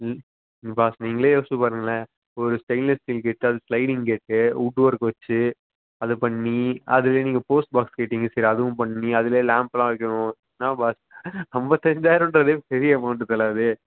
ம் பாஸ் நீங்களே யோசித்து பாருங்களேன் ஒரு ஸ்டெயின்லெஸ் ஸ்டீலு கேட்டு அதுவும் ஸ்லைடிங் கேட்டு வுட் ஒர்க் வச்சு அது பண்ணி அதில் நீங்கள் போஸ்ட் பாக்ஸ் கேட்டீங்க சரி அதுவும் பண்ணி அதில் லாம்ப்பெலாம் வைக்கணும் என்ன பாஸ் ஐம்பத்து அஞ்சாயிரன்றதே பெரிய அமௌண்ட் தலை அது